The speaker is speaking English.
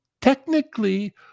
technically